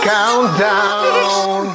countdown